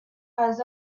has